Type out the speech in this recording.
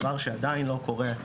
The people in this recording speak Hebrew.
דבר שעדיין לא קורה,